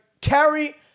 carry